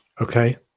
okay